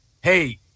hey